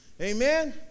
Amen